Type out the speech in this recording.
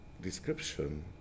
description